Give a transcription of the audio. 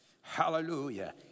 hallelujah